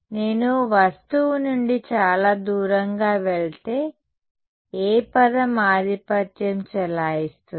నేను వస్తువు నుండి చాలా దూరంగా వెళితే ఏ పదం ఆధిపత్యం చెలాయిస్తుంది